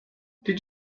did